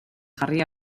jarri